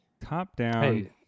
top-down